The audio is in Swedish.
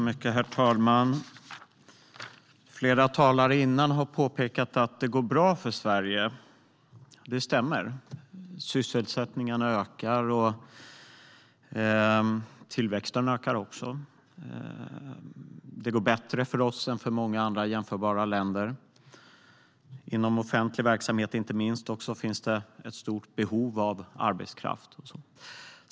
Herr talman! Flera talare har påpekat att det går bra för Sverige. Det stämmer. Sysselsättning och tillväxt ökar. Det går bättre för oss än för många andra jämförbara länder. Inte minst inom offentlig verksamhet finns det ett stort behov av arbetskraft.